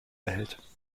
behält